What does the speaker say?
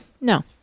No